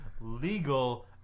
legal